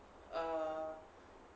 err